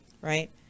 Right